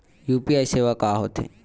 UPI सेवा का होथे?